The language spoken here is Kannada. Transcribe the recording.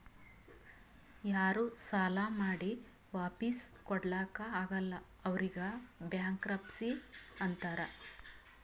ಯಾರೂ ಸಾಲಾ ಮಾಡಿ ವಾಪಿಸ್ ಕೊಡ್ಲಾಕ್ ಆಗಲ್ಲ ಅವ್ರಿಗ್ ಬ್ಯಾಂಕ್ರಪ್ಸಿ ಅಂತಾರ್